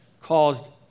caused